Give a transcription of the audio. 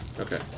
Okay